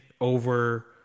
over